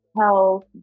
health